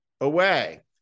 away